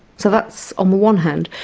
so that's on the one hand.